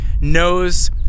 knows